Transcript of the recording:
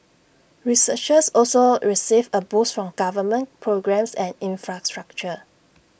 researchers also received A boost from government programmes and infrastructure